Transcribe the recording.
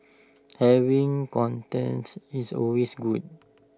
having contests is always good